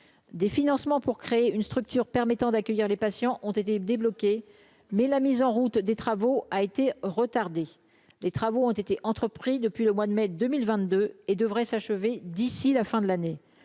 des financements pour créer une structure permettant d'accueillir les patients ont été débloqués, mais la mise en route des travaux a été retardé les travaux ont été entrepris depuis le mois de mai 2000 22 et devrait s'achever d'ici la fin de l'année,